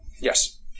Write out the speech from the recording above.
Yes